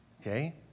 okay